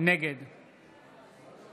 נגד